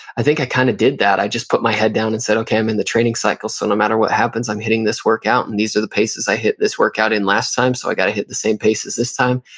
i think i kind of did that. i just put my head down and said, okay, i'm in the training cycle, so no matter what happens i'm hitting this workout. and these are the paces i hit this workout in last time, so i got to hit the same paces this time.